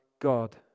God